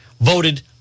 voted